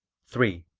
three.